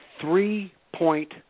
three-point